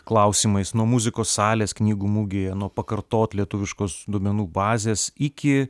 klausimais nuo muzikos salės knygų mugėje nuo pakartot lietuviškos duomenų bazės iki